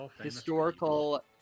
historical